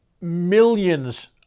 millions